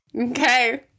Okay